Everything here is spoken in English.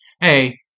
hey